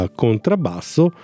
contrabbasso